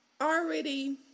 Already